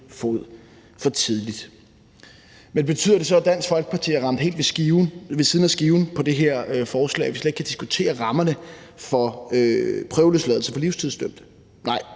fod for tidligt. Men betyder det så, at Dansk Folkeparti har ramt helt ved siden af skiven med det her forslag, og at vi slet ikke kan diskutere rammerne for prøveløsladelse for livstidsdømte? Nej,